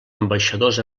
ambaixadors